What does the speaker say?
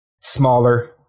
smaller